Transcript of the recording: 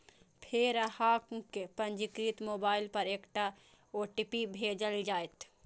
फेर अहांक पंजीकृत मोबाइल पर एकटा ओ.टी.पी भेजल जाएत